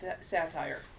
satire